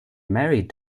married